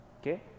Okay